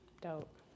Dope